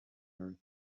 earth